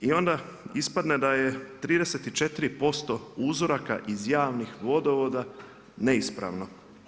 I onda ispadne da je 34% uzoraka iz javnih vodovoda neispravno.